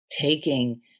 taking